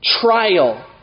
trial